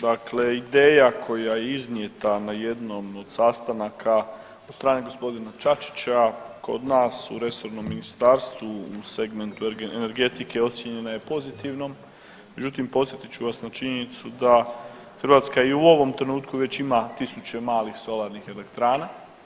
Dakle, ideja koja je iznijeta na jednom od sastanaka od strane g. Čačića kod nas u resornom ministarstvu u segmentu energetike ocijenjena je pozitivnom, međutim podsjetit ću vas na činjenicu da Hrvatska i u ovom trenutku ima tisuće malih solarnih elektrana.